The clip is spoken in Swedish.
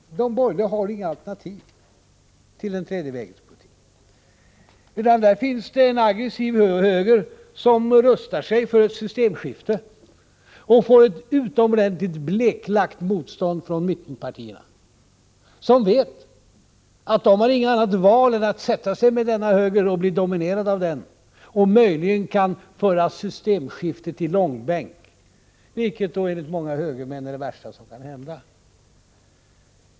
De borgerliga har inget alternativ till den tredje vägens politik. Det finns en aggressiv höger, som rustar sig för ett systemskifte och får ett utomordentligt bleklagt motstånd från mittenpartierna. De vet att de inte har något annat val än att sätta sig tillsammans med denna höger och bli dominerad av den. Möjligen kan de föra systemskiftet i långbänk, vilket enligt många högermän är det värsta som kan hända.